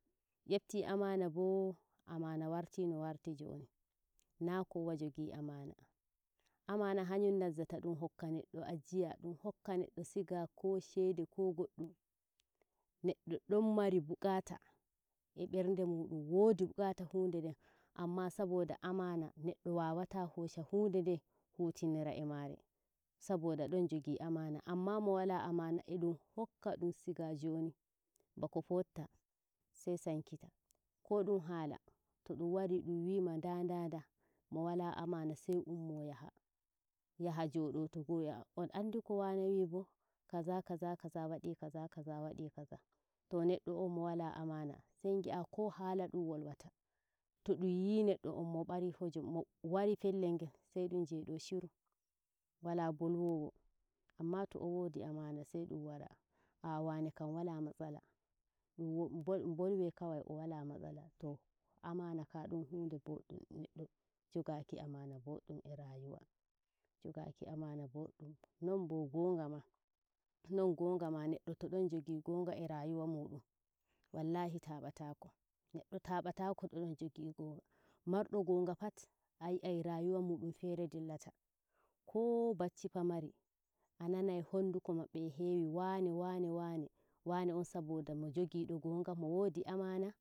yepti amana boo, amana wart no warti jooni naa kowa jogi amana amana hanjum nazzata ɗum rokka neddo ajiya ɗumhokka neddo siga ko shede ko goddum neddo don mari bukata e berde muɗum wodi bukata hunde nden amma saboda amana neɗɗo wawat hosha hunde nden hutinira e maare saboda don jogi amana anma mowala amana eɗɗum rokka dum siga joni bako fofta sai sankita ko dum haala to ɗum wari dum wiima nda nda nda mo wala amana sai ummo yaha yah jodo to go wi'a on andi ko wane wi'i bo kaza kaza kaza wadi kaza kaza wadi kaza to neɗɗo o mo wala amana sai ngi'a ko hala ɗum wolwata to dum to dum yi neddo on mobari mowari pellel ngel sai dum jeydo shiru wala bolwowo amma to o wodi amana sai dum wara a'h wanne kam wala matsala nbolwe kawai o wla matsala to amanaka dum hude dun hunde boddum nonbo ngonga ma non ngoga ma neddo to don jogi ngonga e rayuwa mudum wallahi taa ba taako to donn jogi ngonga mardo ngonga pat ayi ai rayuwa mudum fere dillat bacci pamari a nanai hunduko mabbe e hewi waane waane, waane on saboda mo jogido ngonga mo wodi amana.